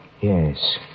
Yes